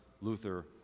Luther